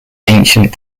ancient